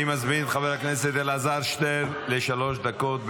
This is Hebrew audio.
אני מזמין את חבר הכנסת אלעזר שטרן לשלוש דקות.